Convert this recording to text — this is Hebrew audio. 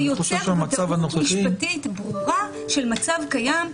זה יוצר ודאות משפטית ברורה של מצב קיים,